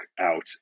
out